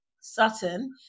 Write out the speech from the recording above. Sutton